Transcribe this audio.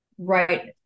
right